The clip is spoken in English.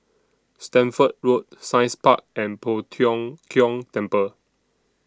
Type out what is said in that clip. Stamford Road Science Park and Poh Tiong Kiong Temple